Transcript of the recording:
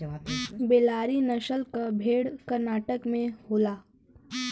बेल्लारी नसल क भेड़ कर्नाटक में होला